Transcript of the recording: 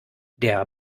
der